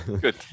Good